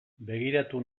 begiratu